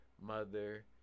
mother